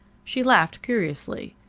she laughed curiously.